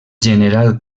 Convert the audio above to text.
general